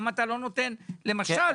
למשל,